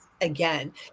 again